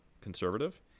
conservative